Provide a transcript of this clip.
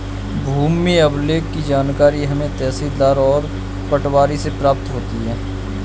भूमि अभिलेख की जानकारी हमें तहसीलदार और पटवारी से प्राप्त होती है